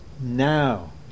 now